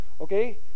Okay